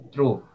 True